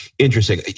Interesting